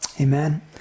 Amen